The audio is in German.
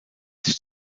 sich